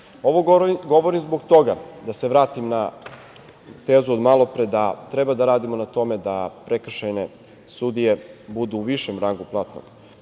govorim zbog toga, da se vratim na tezu od malopre, da treba da radimo na tome da prekršajne sudije budu u višem rangu platnog